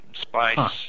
spice